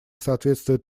соответствует